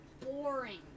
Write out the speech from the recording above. boring